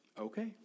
okay